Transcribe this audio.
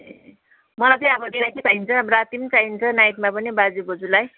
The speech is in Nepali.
ए मलाई चाहिँ अब डेको पनि चाहिन्छ राति पनि चाहिन्छ नाइटमा पनि बाजे बोजूलाई